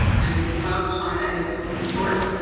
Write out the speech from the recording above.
and it's about china and it's short,